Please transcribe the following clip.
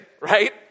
right